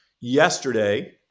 yesterday